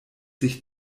sich